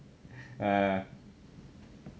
ah